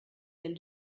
elle